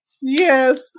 Yes